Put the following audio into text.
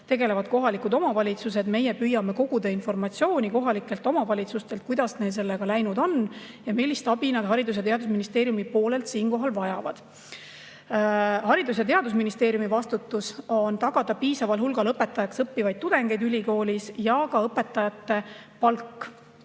tegelevad kohalikud omavalitsused. Meie püüame koguda kohalikelt omavalitsustelt informatsiooni, kuidas neil sellega läinud on ja millist abi nad Haridus- ja Teadusministeeriumilt siinkohal vajavad. Haridus- ja Teadusministeeriumi vastutus on tagada piisaval hulgal õpetajaks õppivaid tudengeid ülikoolis ja ka õpetajate palk.